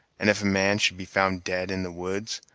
and if a man should be found dead in the woods,